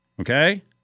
Okay